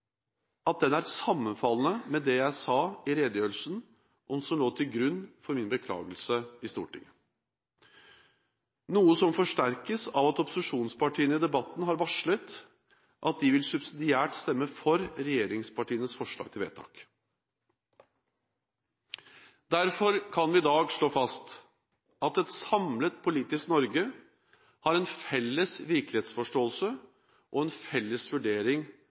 er sammenfallende med det jeg sa i redegjørelsen, og som lå til grunn for min beklagelse i Stortinget. Dette forsterkes av at opposisjonspartiene i debatten har varslet at de subsidiært vil stemme for regjeringspartienes forslag til vedtak. Derfor kan vi i dag slå fast at et samlet politisk Norge har en felles virkelighetsforståelse og en felles vurdering